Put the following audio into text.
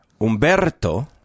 Umberto